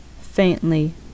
faintly